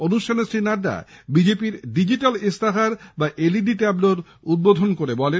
অনুষ্ঠানে শ্রী নাড্ডা বিজেপির ডিজিটাল ইশতেহার বা এলইডি ট্যাবলো উদ্বোধন করেন